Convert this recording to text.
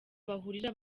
bahurira